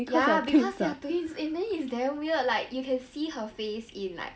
ya because they are twin and then it's damn weird like you can see her face in like